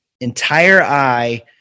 entire-eye